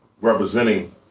representing